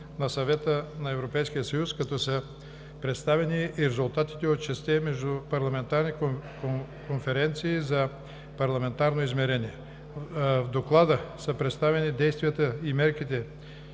на Съвета на Европейския съюз, като са представени и резултатите от шестте междупарламентарни конференции на Парламентарното измерение. С Доклада са представени действията и мерките,